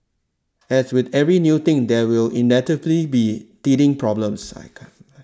as with every new thing there will inevitably be teething problems I can